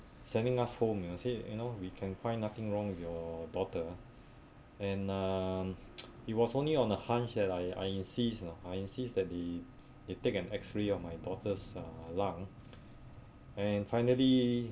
sending us home you know said we can find nothing wrong with your daughter and uh it was only on a hunch that I I insist lah I insist that they they take an X ray of my daughter's uh lung and finally